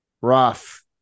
Rough